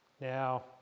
Now